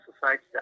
society